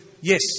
yes